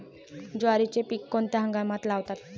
ज्वारीचे पीक कोणत्या हंगामात लावतात?